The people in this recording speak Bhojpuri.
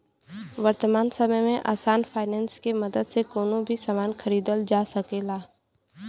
वर्तमान समय में आसान फाइनेंस के मदद से कउनो भी सामान खरीदल जा सकल जाला